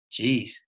Jeez